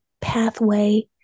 pathway